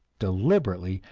deliberately,